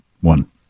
one